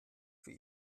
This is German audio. für